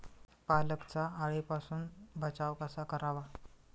पालकचा अळीपासून बचाव कसा करावा?